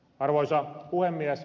arvoisa puhemies